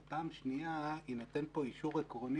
אבל בפעם השנייה יינתן פה אישור עקרוני